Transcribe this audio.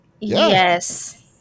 Yes